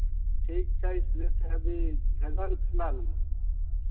ठीक छै इसलिए तऽ अभी भेजह ने फिलहालमे